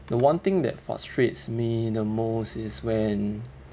the one thing that frustrates me the most is when